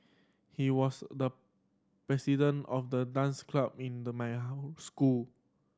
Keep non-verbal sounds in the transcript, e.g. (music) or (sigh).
he was the president of the dance club in the my (unintelligible) school